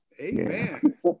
Amen